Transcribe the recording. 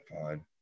fine